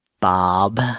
Bob